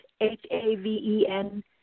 H-A-V-E-N-